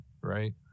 right